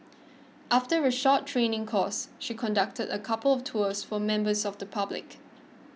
after a short training course she conducted a couple of tours for members of the public